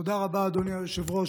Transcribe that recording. תודה רבה, אדוני היושב-ראש.